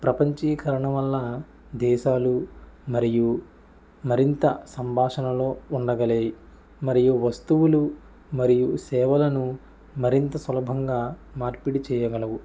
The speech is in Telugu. ప్రపంచీకరణ వల్ల దేశాలు మరియు మరింత సంభాషణలో ఉండగలి మరియు వస్తువులు మరియు సేవలను మరింత సులభంగా మార్పిడి చేయగలవు